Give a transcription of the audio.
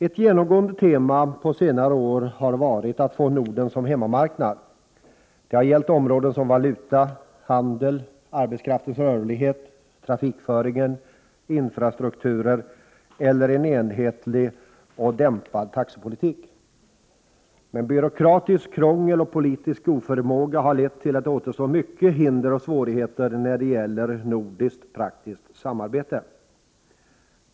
Ett genomgående tema på senare år har varit att få Norden som hemmamarknad. Det har gällt områden som valuta, handel, arbetskraftens rörlighet, trafikföring, infrastrukturer eller en enhetlig och dämpad taxepolitik. Men byråkratiskt krångel och politisk oförmåga har lett till att det återstår mycket av hinder och svårigheter när det gäller nordiskt praktiskt samarbete.